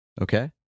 okay